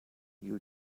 you